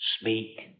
speak